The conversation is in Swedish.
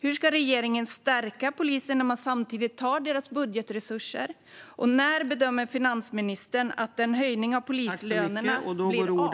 Hur ska regeringen stärka polisen när man samtidigt tar av deras budgetresurser? Och när bedömer finansministern att en höjning av polislönerna blir av?